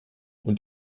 und